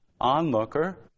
onlooker